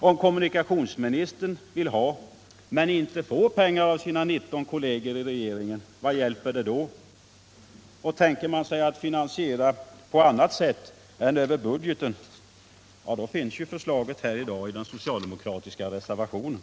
Om kommunikationsministern vill ha men inte får pengar av sina 19 kolleger i regeringen, vad hjälper det då? Men tänker man sig att finansiera på annat sätt än över budgeten, då finns ju förslaget i den socialdemokratiska reservationen.